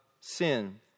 sin